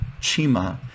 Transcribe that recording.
Chima